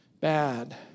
bad